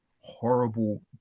horrible